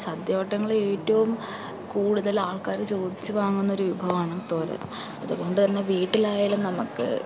സദ്യവട്ടങ്ങളിലേറ്റവും കൂടുതൽ ആൾക്കാർ ചോദിച്ചു വാങ്ങുന്നൊരു വിഭവമാണ് തോരൻ അതുകൊണ്ട് തന്നെ വീട്ടിലായാലും നമുക്ക്